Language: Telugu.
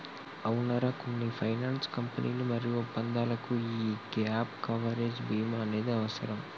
అవునరా కొన్ని ఫైనాన్స్ కంపెనీలు మరియు ఒప్పందాలకు యీ గాప్ కవరేజ్ భీమా అనేది అవసరం